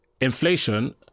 inflation